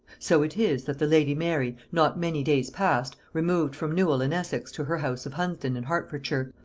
so it is, that the lady mary, not many days past, removed from newhall in essex to her house of hunsdon in hertfordshire,